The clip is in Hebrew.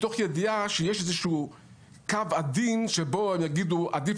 מתוך ידיעה שיש קו עדין שבו הם יגידו עדיף